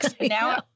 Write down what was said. Now